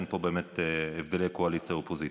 ואין פה באמת הבדלי קואליציה אופוזיציה.